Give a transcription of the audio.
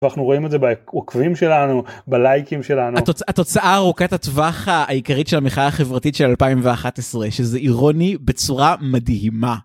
אנחנו רואים את זה בעוקבים שלנו בלייקים שלנו, התוצאה ארוכת הטווח העיקרית של המחאה החברתית של 2011 שזה אירוני בצורה מדהימה.